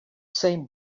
same